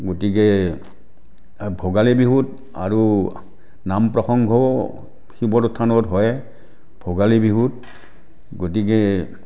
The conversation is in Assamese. গতিকে ভোগালী বিহুত আৰু নাম প্ৰসংগ শিৱৰ থানত হয় ভোগালী বিহুত গতিকে